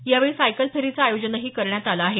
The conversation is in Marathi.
या वेळी सायकल फेरीचं आयोजनही करण्यात आलं आहे